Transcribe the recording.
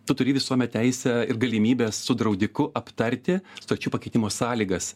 tu turi visuomet teisę ir galimybę su draudiku aptarti sutarčių pakeitimo sąlygas